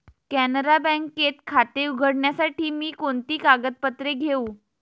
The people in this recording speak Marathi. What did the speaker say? कॅनरा बँकेत खाते उघडण्यासाठी मी कोणती कागदपत्रे घेऊ?